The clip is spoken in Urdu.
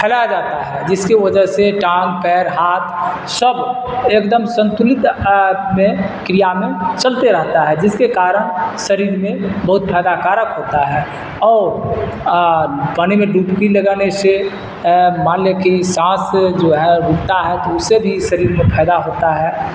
پھیلایا جاتا ہے جس کی وجہ سے ٹانگ پیر ہاتھ سب ایک دم سنتولت میں کریا میں چلتے رہتا ہے جس کے کارن شریر میں بہت فائدہ کارک ہوتا ہے اور پانی میں ڈبکی لگانے سے مان لیں کہ سانس جو ہے رکتا ہے تو اسے بھی شریر میں فائدہ ہوتا ہے